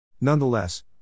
Nonetheless